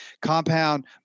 compound